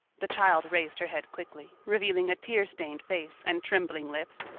the child raised her head quickly, revealing a tear-stained face and trembling lips.